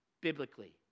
biblically